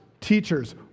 teachers